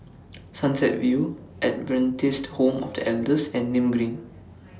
Sunset View Adventist Home of The Elders and Nim Green